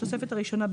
בתוספת הראשונה,